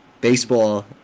baseball